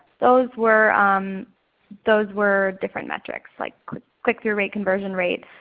those were those were different metrics like click click through rate, conversion rate.